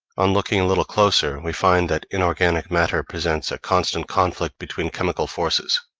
on looking a little closer, we find that inorganic matter presents a constant conflict between chemical forces,